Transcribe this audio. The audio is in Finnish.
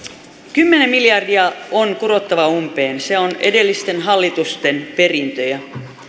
kymmenen miljardia on kurottava umpeen se on edellisten hallitusten perintöjä